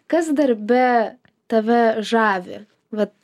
kas darbe tave žavi vat